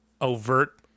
overt